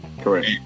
correct